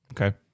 Okay